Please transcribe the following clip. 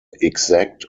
exact